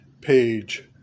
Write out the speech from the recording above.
page